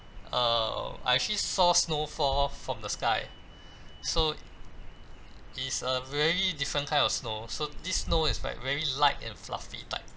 err I actually saw snow fall from the sky so is a very different kind of snow so this snow is like very light and fluffy type